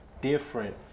different